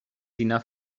enough